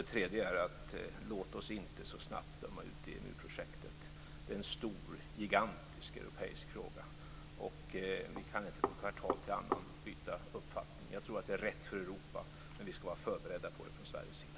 Det tredje är: Låt oss inte så snabbt döma ut EMU-projektet! Det är en gigantisk europeisk fråga. Vi kan inte från ett kvartal till ett annat byta uppfattning. Jag tror att det är rätt för Europa, men vi ska vara förberedda på det från Sveriges sida.